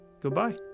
goodbye